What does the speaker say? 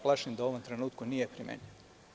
Plašim se da u ovom trenutku nije primenjivo.